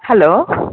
hello